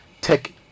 tech